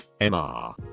MR